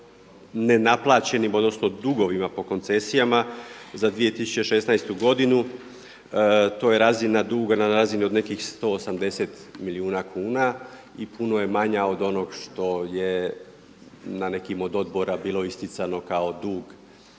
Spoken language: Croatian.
odnosno dugovima po koncesijama za 2016. godinu to je razina duga na razini od nekih 180 milijuna kuna i puno je manja od onog što je na nekim od odbora bilo isticano kao dug